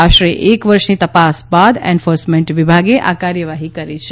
આશરે એક વર્ષની તપાસ બાદ એન્ફોર્સમેન્ટ વિભાગે આ કાર્યવાહી કરી છે